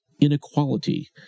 inequality